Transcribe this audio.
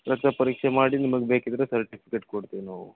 ರಕ್ತ ಪರೀಕ್ಷೆ ಮಾಡಿ ನಿಮಗ್ ಬೇಕಿದ್ದರೆ ಸರ್ಟಿಫಿಕೇಟ್ ಕೊಡ್ತೀವಿ ನಾವು